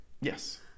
Yes